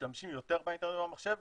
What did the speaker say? משתמשים יותר באינטרנט ובמחשב